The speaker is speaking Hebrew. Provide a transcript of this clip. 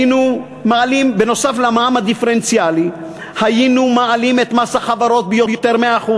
על המע"מ הדיפרנציאלי היינו מעלים את מס החברות ביותר מ-1%,